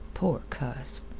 poor cuss!